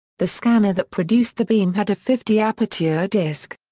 the scanner that produced the beam had a fifty aperture disk.